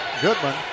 Goodman